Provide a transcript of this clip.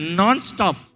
non-stop